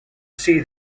see